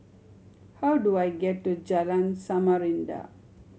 how do I get to Jalan Samarinda